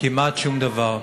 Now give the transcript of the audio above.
כמעט שום דבר.